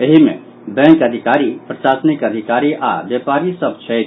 एहि मे बैंक अधिकारी प्रशासनिक अधिकारी आओर व्यापारी सभ छथि